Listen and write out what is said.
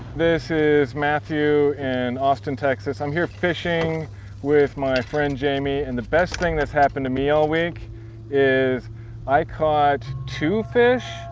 this is matthew in and austin, texas. i'm here fishing with my friend jamie, and the best thing that's happened to me all week is i caught two fish.